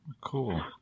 Cool